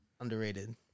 underrated